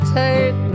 take